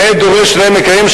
נאה דורש נאה מקיים.